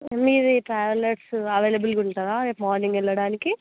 మీది ట్రావెల్స్ అవైలబుల్గా ఉంటుందా రేపు మార్నింగ్ వెళ్ళడానికి